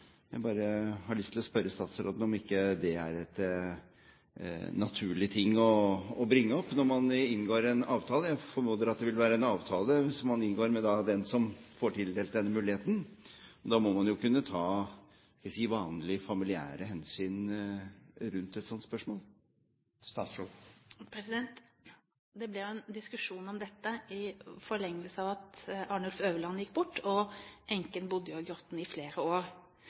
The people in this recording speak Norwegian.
Jeg har bare lyst til å spørre statsråden om ikke det er en naturlig ting å bringe opp når man inngår en avtale. Jeg formoder at det vil være en avtale man inngår med den som får tildelt denne muligheten, og da må man vel kunne ta – skal vi si – vanlige familiære hensyn rundt et sånt spørsmål? Det ble en diskusjon om dette i forlengelse av at Arnulf Øverland gikk bort. Enken bodde jo i Grotten i flere år.